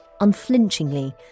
unflinchingly